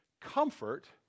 comfort